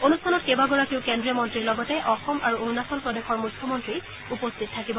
অনুষ্ঠানত কেইবাগৰাকীও কেজ্ৰীয় মন্ত্ৰীৰ লগতে অসম আৰু অৰুণাচল প্ৰদেশৰ মুখ্যমন্ত্ৰী উপস্থিত থাকিব